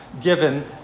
given